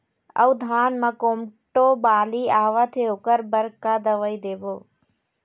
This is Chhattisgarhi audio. अऊ धान म कोमटो बाली आवत हे ओकर बर का दवई देबो?